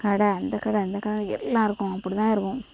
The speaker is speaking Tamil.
கடை அந்த கடை அந்த கடை எல்லாம் இருக்கும் அப்படி தான் இருக்கும்